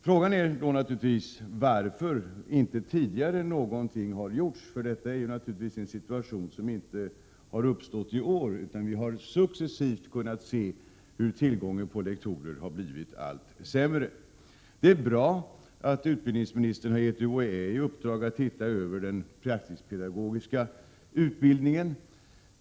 Frågan är naturligtvis varför ingenting har gjorts tidigare. Detta är självfallet en situation som inte har uppstått i år. Vi har successivt kunnat se hur tillgången på lektorer har blivit allt mindre. Det är bra att utbildningsministern har gett UHÄ i uppdrag att se över den praktisk-pedagogiska utbildningen.